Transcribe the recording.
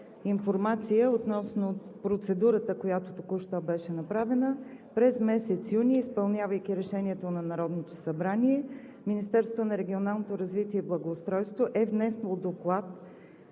информация относно процедурата, която току-що беше направена. През месец юни, изпълнявайки решението на Народното събрание, Министерството на регионалното развитие и благоустройството е внесло доклад,